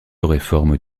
réforme